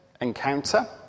encounter